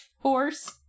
horse